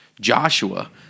Joshua